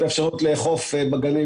ולכן לקחנו אותם לעבודה במשכורת על חשבוננו.